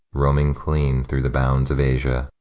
roaming clean through the bounds of asia,